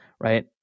right